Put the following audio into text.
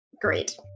Great